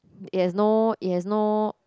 it has no it has no